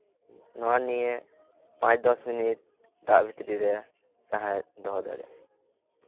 ᱱᱚᱣᱟ ᱱᱤᱭᱮ ᱯᱟᱸᱪ ᱫᱚᱥ ᱢᱤᱱᱤᱴ ᱫᱟᱜ ᱵᱷᱤᱛᱨᱤ ᱨᱮ ᱥᱟᱦᱮᱫ ᱫᱚᱦᱚ ᱫᱟᱲᱮᱭᱟᱜᱼᱟ